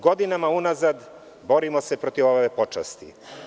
Godinama unazad borimo se protiv ove pošasti.